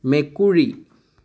মেকুৰী